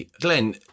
Glenn